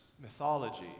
mythology